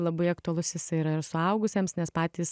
labai aktualus jisai yra ir suaugusiems nes patys